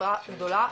התופעה גדולה,